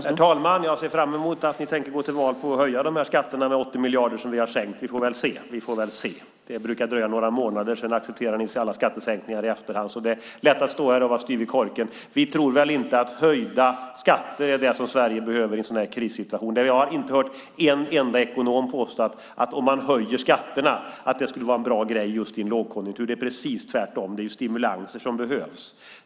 Herr talman! Jag ser fram emot att ni tänker gå till val på att höja dessa skatter med 80 miljarder som vi har sänkt. Vi får väl se. Det brukar dröja några månader, sedan accepterar ni i efterhand alla skattesänkningar. Det är lätt att stå här och vara styv i korken. Vi tror inte att höjda skatter är det som Sverige behöver i en sådan här krissituation. Jag har inte hört en enda ekonom påstå att det är bra att höja skatterna just i en lågkonjunktur. Det är precis tvärtom. Det är stimulanser som behövs.